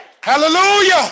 Hallelujah